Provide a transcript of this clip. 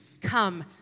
come